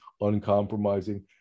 uncompromising